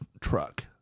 truck